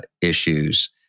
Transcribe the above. issues